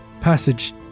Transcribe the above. Passage